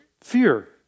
fear